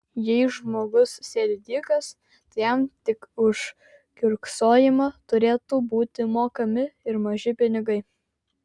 jei žmogus sėdi dykas tai jam tik už kiurksojimą turėtų būti mokami ir maži pinigai